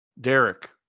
Derek